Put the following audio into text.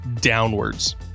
downwards